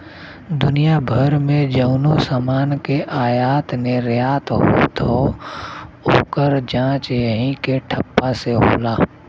दुनिया भर मे जउनो समान के आयात निर्याट होत हौ, ओकर जांच यही के ठप्पा से होला